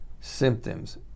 symptoms